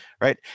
right